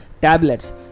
tablets